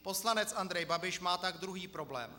Poslanec Andrej Babiš má tak druhý problém.